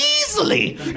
easily